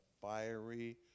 fiery